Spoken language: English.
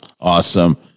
Awesome